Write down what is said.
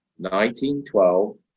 1912